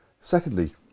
Secondly